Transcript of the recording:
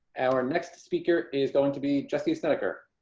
our next speaker is going to be jesse snedeker.